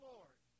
Lord